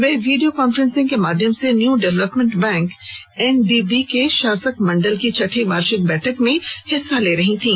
वे video conference के माध्यम से न्यू डेवलपमेंट बैंक एनडीबी के शासक मंडल की छठी वार्षिक बैठक में हिस्सा ले रही थीं